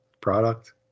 product